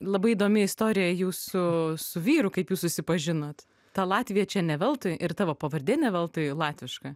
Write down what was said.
labai įdomi istorija jūsų su vyru kaip jūs susipažinot ta latvija čia ne veltui ir tavo pavardė ne veltui latviška